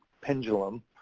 pendulum